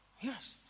Yes